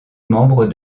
membres